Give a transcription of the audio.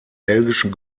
belgischen